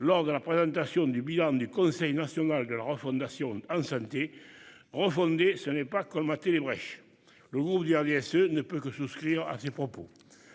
lors de la présentation du bilan du conseil national de la refondation en santé. Refonder. Ce n'est pas colmater les brèches. Le groupe du RDSE ne peut que souscrire à ces propos.